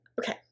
Okay